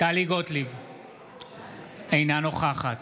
אינה נוכחת